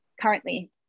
currently